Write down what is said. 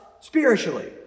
spiritually